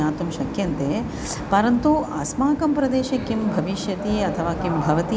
ज्ञातुं शक्यन्ते परन्तु अस्माकं प्रदेशे किं भविष्यति अथवा किं भवति